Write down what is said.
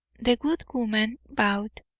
the good woman bowed.